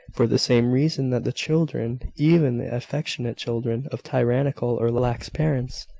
for the same reason that the children, even the affectionate children, of tyrannical or lax parents,